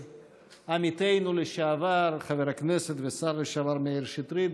עמיתנו לשעבר חבר הכנסת והשר לשעבר מאיר שטרית.